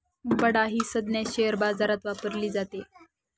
बडा ही संज्ञा शेअर बाजारात वापरली जाते